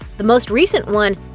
the most recent one,